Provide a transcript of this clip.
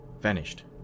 vanished